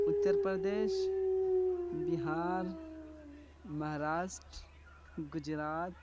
Uttar Pradesh Bihar Maharashtra Gujarat